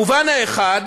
המובן האחד,